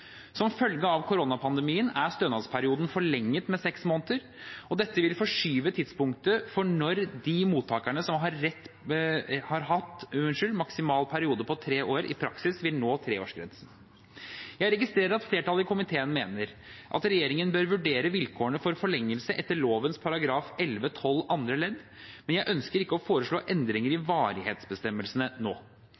Som følge av koronapandemien er stønadsperioden forlenget med seks måneder. Dette vil forskyve tidspunktet for når de mottakerne som har hatt maksimal periode på tre år, i praksis vil nå treårsgrensen. Jeg registrerer at flertallet i komiteen mener at regjeringen bør vurdere vilkårene for forlengelse etter lovens § 11-12 andre ledd, men jeg ønsker ikke å foreslå endringer i